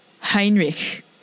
Heinrich